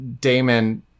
damon